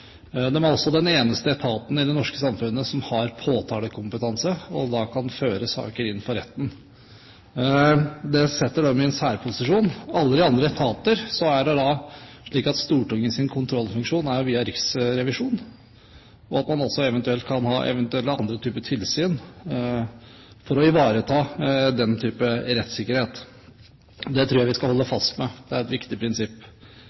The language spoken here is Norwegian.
er også den eneste etaten i det norske samfunnet som har påtalekompetanse og da kan føre saker inn for retten. Det setter dem i en særposisjon. I alle andre etater er det slik at Stortingets kontrollfunksjon går via Riksrevisjonen, og at man også kan ha eventuelle andre typer tilsyn for å ivareta den type rettssikkerhet. Det tror jeg vi skal holde fast ved – det er et viktig prinsipp.